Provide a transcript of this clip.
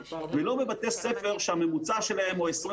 ולא בבתי ספר שהממוצע שלהם הוא 21